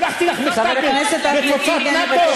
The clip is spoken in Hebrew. שלחתי לך מכתב בתפוצת נאט"ו?